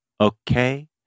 Okay